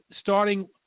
starting